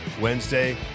Wednesday